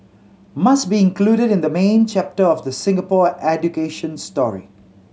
must be included in the main chapter of the Singapore education story